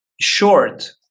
short